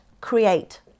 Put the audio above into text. create